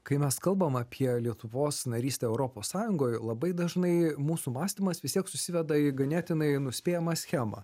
kai mes kalbam apie lietuvos narystę europos sąjungoj labai dažnai mūsų mąstymas vis tiek susiveda į ganėtinai nuspėjamą schemą